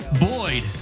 Boyd